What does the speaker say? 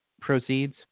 proceeds